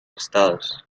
estados